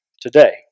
today